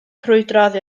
crwydrodd